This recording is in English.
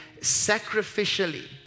Sacrificially